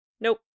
Nope